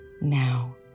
now